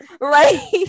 right